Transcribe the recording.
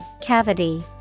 Cavity